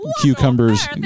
cucumbers